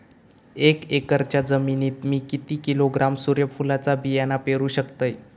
एक एकरच्या जमिनीत मी किती किलोग्रॅम सूर्यफुलचा बियाणा पेरु शकतय?